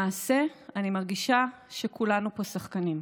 למעשה, אני מרגישה שכולנו פה שחקנים.